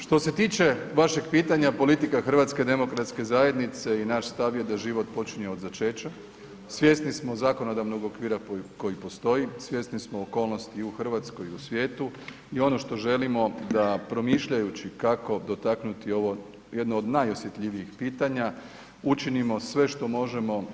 Što se tiče vašeg pitanja, politika HDZ-a i naš stav je da život počinje od začeća, svjesni smo zakonodavnog okvira koji postoji, svjesni smo okolnosti i u Hrvatskoj i u svijetu i ono što želimo da promišljajući kako dotaknuti ovo jedno od najosjetljivijih pitanja učinimo sve što možemo